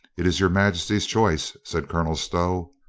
it is your majesty's choice, said colonel stow.